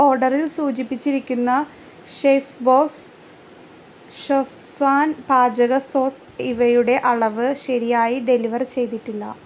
ഓഡറിൽ സൂചിപ്പിച്ചിരിക്കുന്ന chef boss schezwan പാചക സോസ് ഇവയുടെ അളവ് ശരിയായി ഡെലിവർ ചെയ്തിട്ടില്ല